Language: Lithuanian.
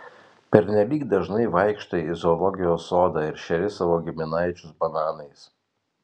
pernelyg dažnai vaikštai į zoologijos sodą ir šeri savo giminaičius bananais